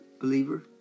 believer